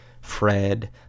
Fred